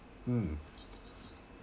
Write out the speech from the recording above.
mm